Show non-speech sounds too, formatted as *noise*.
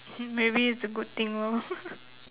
hmm maybe it's a good thing lor *laughs*